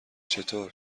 چطور